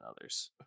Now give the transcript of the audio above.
others